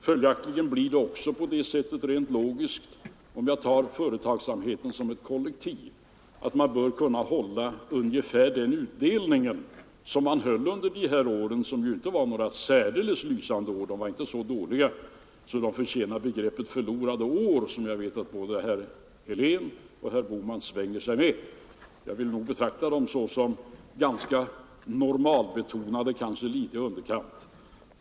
Om jag tar företagsamheten som ett kollektiv blir den logiska följden den att man bör kunna hålla ungefär den utdelning som man höll under de år som kanske inte var särdeles lysande. De var dock inte så dåliga att de förtjänar beteckningen ”förlorade år”, som jag vet att både herr Helén och herr Bohman svänger sig med. Jag vill nog betrakta dem som ganska normalbetonade, kanske litet i underkant.